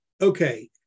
okay